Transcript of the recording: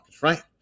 Right